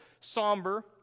somber